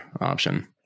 option